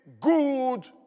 good